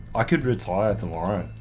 i could retire tomorrow.